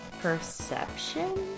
perception